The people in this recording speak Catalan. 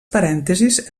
parèntesis